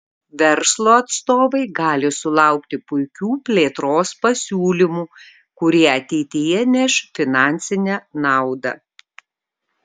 verslo atstovai gali sulaukti puikių plėtros pasiūlymų kurie ateityje neš finansinę naudą